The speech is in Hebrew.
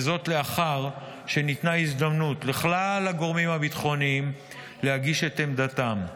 וזאת לאחר שניתנה הזדמנות לכלל הגורמים הביטחוניים להגיש את עמדתם.